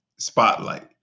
Spotlight